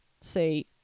Say